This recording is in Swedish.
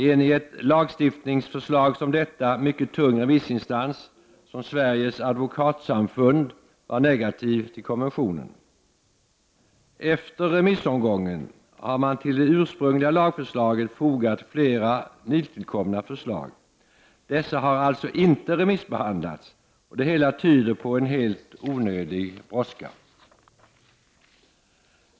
En i ett lagstiftningsförslag som detta mycket tung remissinstans som Sveriges advokatsamfund var negativ till konventionen. Efter remissomgången har man till det ursprungliga lagförslaget fogat flera nytillkomna förslag. Dessa har alltså inte remissbehandlats, och det hela tyder på en helt onödig brådska.